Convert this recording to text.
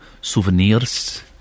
Souvenirs